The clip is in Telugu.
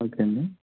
ఓకే అండి